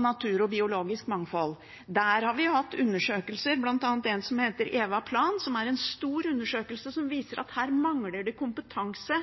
natur og biologisk mangfold. Der har vi hatt undersøkelser, bl.a. en som heter EVAPLAN, som er en stor undersøkelse som viser at her mangler det kompetanse